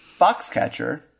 Foxcatcher